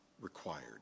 required